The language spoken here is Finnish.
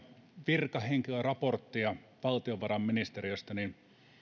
virkahenkilöraporttia valtiovarainministeriöstä niin